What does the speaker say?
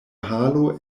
halo